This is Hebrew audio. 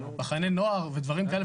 מחנה נוער ודברים כאלה,